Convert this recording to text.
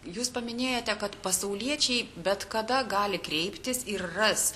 jūs paminėjote kad pasauliečiai bet kada gali kreiptis ir ras